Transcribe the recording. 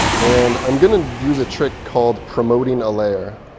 and i'm going to use a trick called promoting a layer.